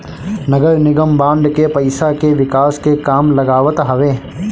नगरनिगम बांड के पईसा के विकास के काम में लगावत हवे